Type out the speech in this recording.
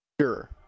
Sure